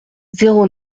zéro